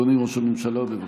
אדוני ראש הממשלה, בבקשה.